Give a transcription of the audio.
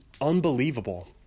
unbelievable